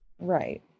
right